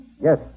Yes